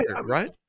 Right